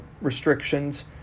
restrictions